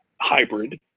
hybrid